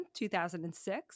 2006